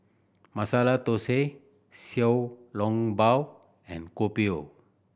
Masala Thosai Xiao Long Bao and Kopi O